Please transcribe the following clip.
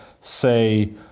say